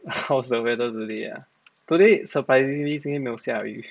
how's the weather today ah today surprisingly 今天没有下雨